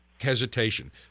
hesitation